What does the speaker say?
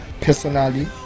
personally